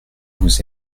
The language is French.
vous